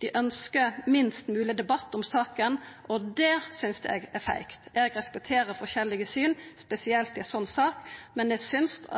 Dei ønskjer minst mogleg debatt om saka, og det synest eg er feigt. Eg respekterer forskjellige syn, spesielt i ei slik sak, men eg synest